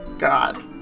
God